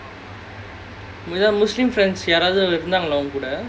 நிறைய:niraya muslim friends யாராவது இருந்தாங்களா உன் கூட:yaaraavathu irunthaangalaa unkooda